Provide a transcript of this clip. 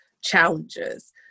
challenges